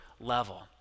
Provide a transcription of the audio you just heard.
level